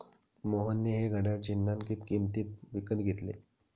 मोहनने हे घड्याळ चिन्हांकित किंमतीत विकत घेतले